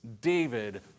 David